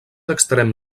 extrem